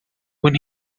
when